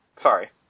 Sorry